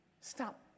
stop